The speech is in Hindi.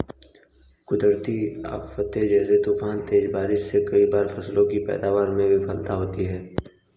कुदरती आफ़ते जैसे तूफान, तेज बारिश से कई बार फसलों की पैदावार में विफलता होती है